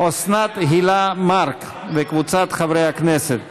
אוסנת הילה מארק וקבוצת חברי הכנסת.